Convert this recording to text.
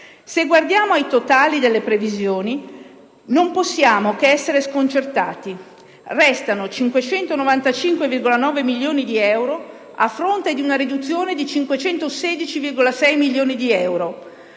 Se guardiamo ai totali delle previsioni non possiamo che essere sconcertati. Restano 595,9 milioni di euro, a fronte di una riduzione di 516,6 milioni di euro